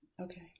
okay